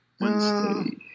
Wednesday